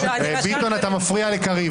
מיכאל, אתה מפריע לקריב.